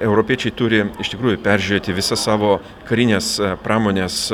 europiečiai turi iš tikrųjų peržiūrėti visą savo karinės pramonės